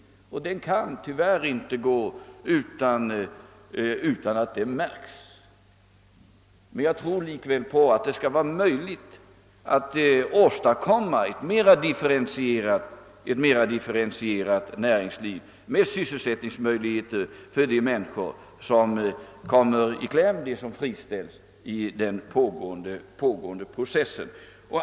Den kan tyvärr inte försiggå utan att det märks. Jag tror likväl att det skall vara möjligt att åstadkomma ett mera differentierat näringsliv med sysselsättningsmöjligheter för de människor som kommer i kläm, de som friställs i den pågående processen.